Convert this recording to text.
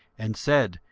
and said,